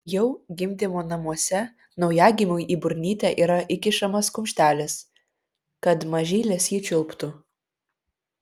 jau gimdymo namuose naujagimiui į burnytę yra įkišamas kumštelis kad mažylis jį čiulptų